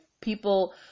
people